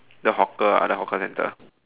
the hawker other hawker center